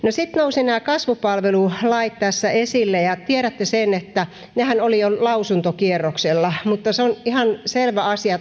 sitten nousivat nämä kasvupalvelulait tässä esille ja tämähän on ministeri lintilän vastuualueella tiedätte sen että nehän olivat jo lausuntokierroksella ja se on ihan selvä asia